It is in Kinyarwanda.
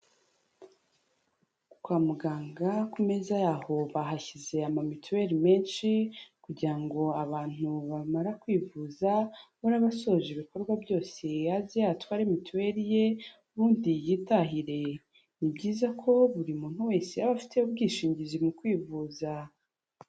Kwa muganga ku meza yaho bahashyize ama mituweli menshi kugira ngo abantu bamara kwivuza, uraba asoje ibikorwa byose aze atware mituweli ye, ubundi yitahire. Ni byiza ko buri muntu wese aba afite ubwishingizi mu kwivuza.